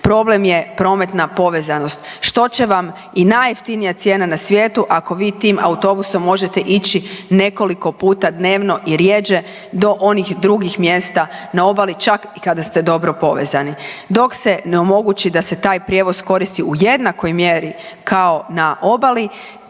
problem je prometna povezanost, što će vam i najjeftinija na svijetu ako vi tim autobusom možete ići nekoliko puta dnevno i rjeđe do onih drugih mjesta na obali, čak i kada ste dobro povezani. Dok se ne omogući da se taj prijevoz koristi u jednakoj mjeri kao na obali